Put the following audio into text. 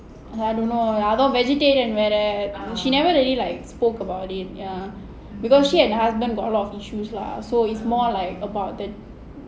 I don't know அவன்:avan vegetarian வேற:vera she never really like spoke about it because she and her husband got a lot of issues lah so it's more like about the